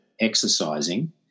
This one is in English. exercising